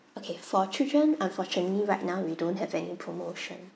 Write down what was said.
okay for children unfortunately right now we don't have any promotion